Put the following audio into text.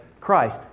Christ